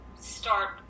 start